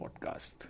podcast